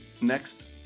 next